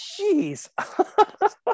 jeez